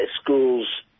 schools